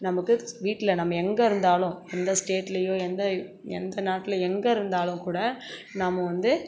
நமக்கு வீட்டில் நம்ம எங்கே இருந்தாலும் எந்த ஸ்டேட்டில் எந்த எந்த நாட்டில் எங்கே இருந்தாலும் கூட நாம் வந்து